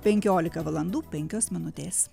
penkiolika valandų penkios minutės